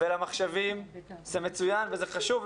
ולמחשבים זה מצוין וזה חשוב,